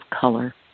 color